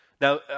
Now